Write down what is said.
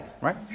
right